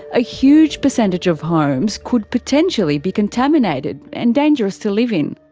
a huge percentage of homes could potentially be contaminated and dangerous to live in.